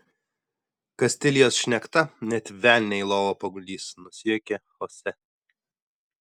kastilijos šnekta net velnią į lovą paguldys nusijuokė chose